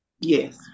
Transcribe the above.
Yes